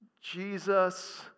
Jesus